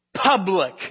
public